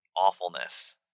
awfulness